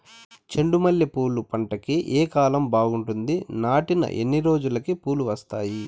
చెండు మల్లె పూలు పంట కి ఏ కాలం బాగుంటుంది నాటిన ఎన్ని రోజులకు పూలు వస్తాయి